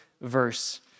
verse